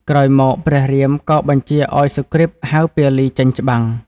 ក្រោយមក ព្រះរាមក៏បញ្ជាឱ្យសុគ្រីពហៅពាលី ចេញច្បាំង។